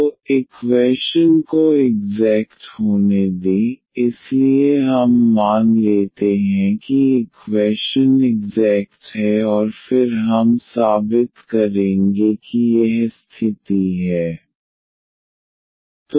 तो इक्वैशन को इग्ज़ैक्ट होने दें इसलिए हम मान लेते हैं कि इक्वैशन इग्ज़ैक्ट है और फिर हम साबित करेंगे कि यह स्थिति है